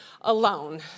alone